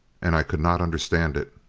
and i could not understand it.